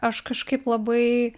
aš kažkaip labai